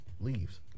leaves